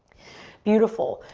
beautiful.